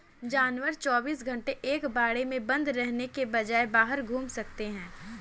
जानवर चौबीस घंटे एक बाड़े में बंद रहने के बजाय बाहर घूम सकते है